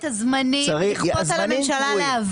לקבוע את הזמנים ולכפות על הממשלה להביא,